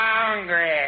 Congress